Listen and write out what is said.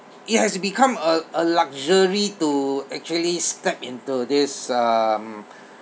it has become uh a luxury to actually step into this um